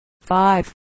five